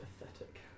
Pathetic